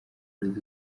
lil